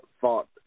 thought